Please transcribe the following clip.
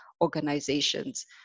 organizations